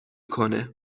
کنه